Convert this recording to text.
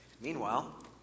Meanwhile